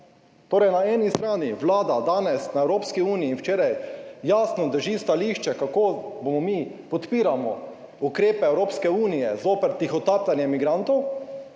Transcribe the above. Torej na eni strani Vlada danes na Evropski uniji in včeraj, jasno drži stališče kako bomo mi, podpiramo ukrepe Evropske unije zoper tihotapljenje migrantov,